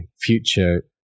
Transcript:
future